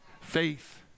Faith